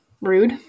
rude